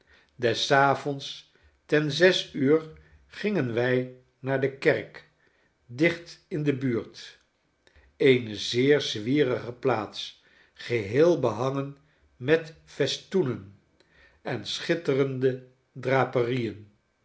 des avonds ten zes uur gingen wij naar de kerk dicht in de burnt eene zeer zwierige plaats geheel behangen met festoenen en schitterende